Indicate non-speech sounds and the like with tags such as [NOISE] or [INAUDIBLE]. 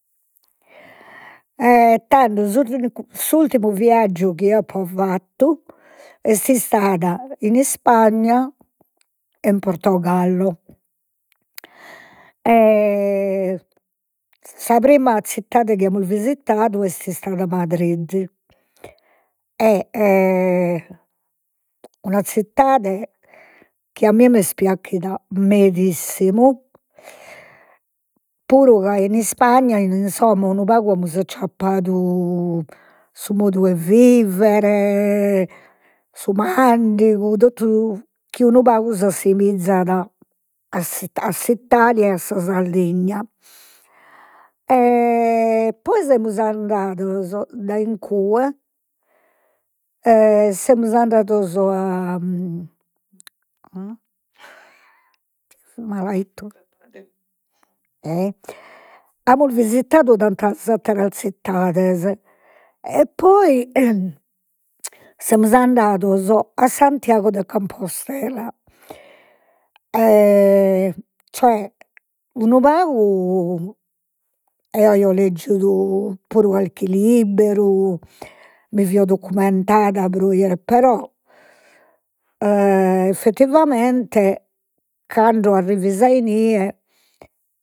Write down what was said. E tando, s'ultimu viaggiu chi eo apo fattu est istadu in Ispagna e in Portogallo [HESITATION] sa prima zittade chi amus visitadu est istada Madrid e [HESITATION] una zittade chi a mie m'est piaghida medissimu, puru ca in Ispagna amus acciappadu su modu 'e vivere, su mandigu, totu [HESITATION] chi unu pagu s'assimizan a [HESITATION] a s'Italia e a sa Sardigna. [HESITATION] E poi semus andados dai incue, semus andados a a [LAUGHS] malaittu [LAUGHS] e amus visitadu tantas atteras zittades, e poi [NOISE] semus andados a Santiago de Compostela [HESITATION] cioè unu pagu eo aio leggidu puru carchi libberu, mi fio documentada pro [HESITATION] però [HESITATION] effettivamente cando arrivis a inie